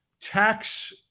tax